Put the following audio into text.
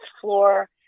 floor